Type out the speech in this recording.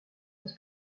los